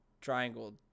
triangle